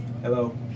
Hello